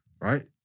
right